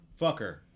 fucker